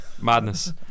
Madness